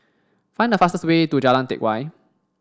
find the fastest way to Jalan Teck Whye